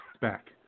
back